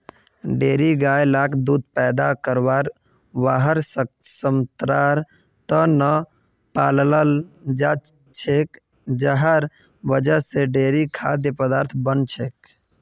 dairy गाय लाक दूध पैदा करवार वहार क्षमतार त न पालाल जा छेक जहार वजह से डेयरी खाद्य पदार्थ बन छेक